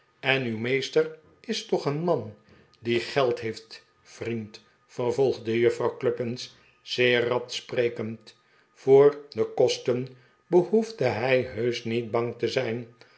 en uw meester is toch een man die geld heeft vriend vervolgde juffrouw cluppins zeer rad sprekend voor de kosten behoefde hij heusch niet bang tezijn